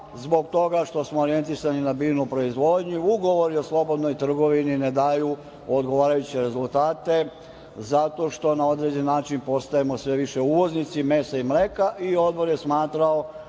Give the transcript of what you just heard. zbog toga što smo orijentisani na biljnu proizvodnju ugovori o slobodnoj trgovini ne daju odgovarajuće rezultate zato što na određeni način postajemo sve više uvoznici mesa i mleka i Odbor je smatrao